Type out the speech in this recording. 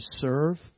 serve